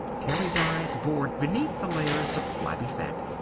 terry's eyes bored beneath the layers of flabby fat.